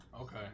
Okay